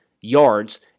yards